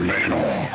Manor